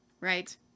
right